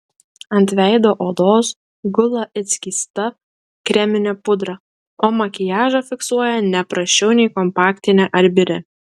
ant veido odos gula it skysta kreminė pudra o makiažą fiksuoja ne prasčiau nei kompaktinė ar biri